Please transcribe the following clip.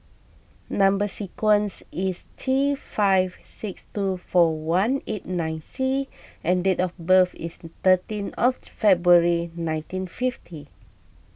Number Sequence is T five six two four one eight nine C and date of birth is thirteen of February nineteen fifty